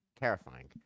Terrifying